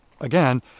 again